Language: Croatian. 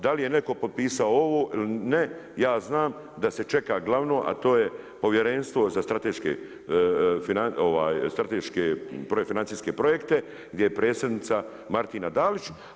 Da li je netko potpisao ovo ili ne ja znam da se čeka glavno, a to je Povjerenstvo za strateške financijske projekte gdje je predsjednica Martina Dalić.